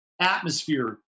atmosphere